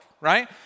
right